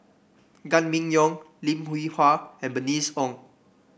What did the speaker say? Gan Kim Yong Lim Hwee Hua and Bernice Ong